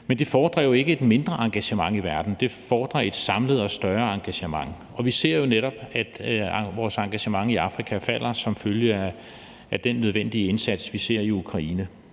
Men det fordrer jo ikke et mindre engagement i verden; det fordrer et samlet og større engagement. Vi ser jo netop, at vores engagement i Afrika falder som følge af den nødvendige indsats, vi gør i Ukraine.